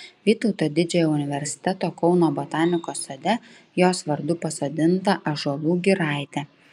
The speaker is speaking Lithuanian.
vytauto didžiojo universiteto kauno botanikos sode jos vardu pasodinta ąžuolų giraitė